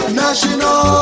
national